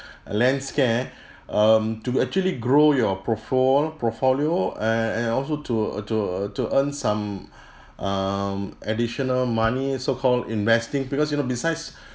a land scarce um to actually grow your profol~ portfolio uh and also to uh to uh to earn some um additional money so call investing because you know besides